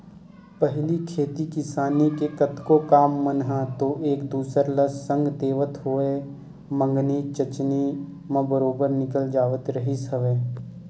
पहिली खेती किसानी के कतको काम मन ह तो एक दूसर ल संग देवत होवय मंगनी जचनी म बरोबर निकल जावत रिहिस हवय